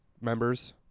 members